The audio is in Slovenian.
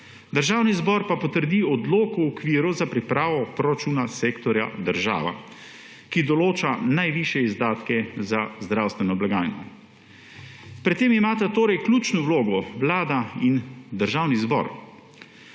Državni zbor pa potrdi Odlok o okviru za pripravo proračunov sektorja država, ki določa najvišje izdatke za zdravstveno blagajno. Pri tem imata torej ključno vlogo Vlada in Državni zbor.